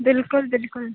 ਬਿਲਕੁਲ ਬਿਲਕੁਲ